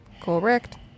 Correct